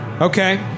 Okay